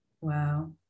Wow